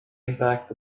impact